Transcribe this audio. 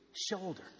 shoulder